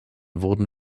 wurde